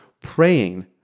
praying